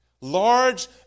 Large